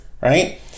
Right